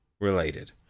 related